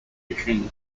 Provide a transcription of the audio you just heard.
fishing